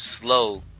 slow